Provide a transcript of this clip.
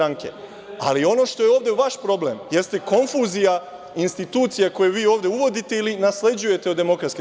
Ali, ono što je ovde vaš problem jeste konfuzija institucija koje vi ovde uvodite ili nasleđujete od DS.